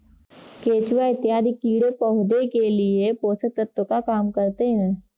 केचुआ इत्यादि कीड़े पौधे के लिए पोषक तत्व का काम करते हैं